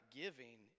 giving